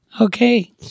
Okay